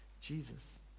Jesus